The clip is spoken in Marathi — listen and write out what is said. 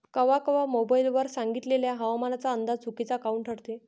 कवा कवा मोबाईल वर सांगितलेला हवामानाचा अंदाज चुकीचा काऊन ठरते?